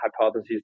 hypotheses